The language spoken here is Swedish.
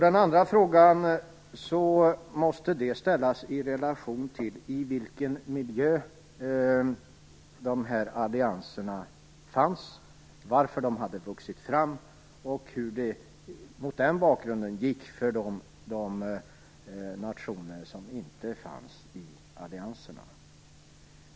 Den andra frågan måste ställas i relation till den miljö som allianserna fanns i, anledningen till att de växte fram och hur det gick för de nationer som inte fanns med i allianserna.